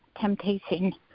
temptation